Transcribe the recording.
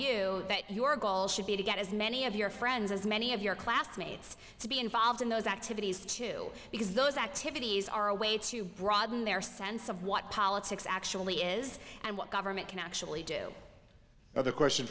you that your goal should be to get as many of your friends as many of your classmates to be involved in those activities too because those activities are a way to broaden their sense of what politics actually is and what government can actually do another question